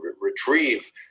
retrieve